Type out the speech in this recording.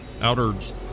Outer